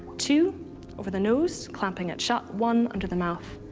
two over the nose clamping it shut, one under the mouth.